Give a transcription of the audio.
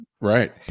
Right